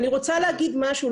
אני לא